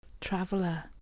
traveler